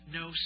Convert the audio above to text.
no